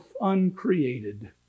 uncreated